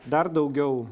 dar daugiau